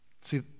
See